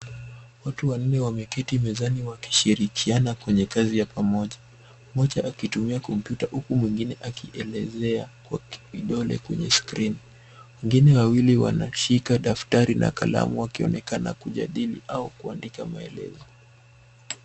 Watu wanne wameketi mezani wakishirikiana kwenye kazi ya pamoja, mmoja akitumia kompyuta huku mwengine akielezea kwa kidole kwenye skrini. Wengine wawili wanashika daftari na kalamu wakionekana kujadili au kuandika maelezo.